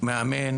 מאמן